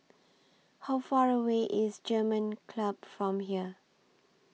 How Far away IS German Club from here